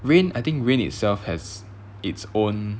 rain I think rain itself has its own